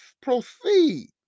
proceed